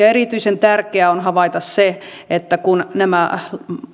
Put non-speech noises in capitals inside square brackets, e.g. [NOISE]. [UNINTELLIGIBLE] erityisen tärkeää on havaita se että kun nämä